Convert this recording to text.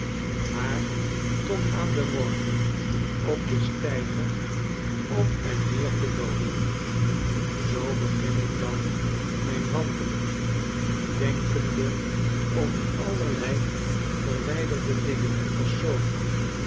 maar tot aan den morgen op den steiger op en neer ie loopen zoo begin ik dan mijn wandeling denkende orn allerlei verwijderde dingen enpersonen